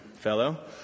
fellow